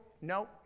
No